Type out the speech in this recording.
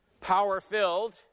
power-filled